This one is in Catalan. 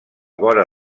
vora